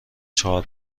چهار